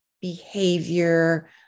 behavior